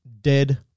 dead